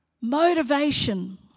motivation